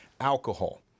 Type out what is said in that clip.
Alcohol